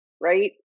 Right